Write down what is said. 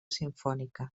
simfònica